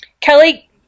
Kelly